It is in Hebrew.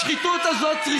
השחיתות הזאת צריכה להיגמר.